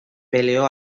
peleó